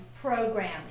program